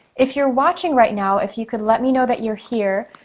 if you're watching right now, if you could let me know that you're here,